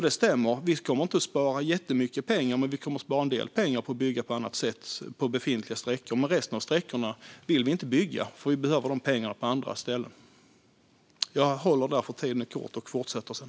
Det stämmer alltså att man inte kommer att spara jättemycket, men man kommer att spara en del pengar på att bygga på annat sätt på befintliga sträckor - men resten av sträckorna vill vi inte bygga eftersom pengarna behövs på andra ställen.